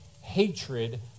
hatred